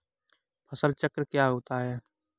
फसल चक्र क्या होता है?